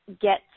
get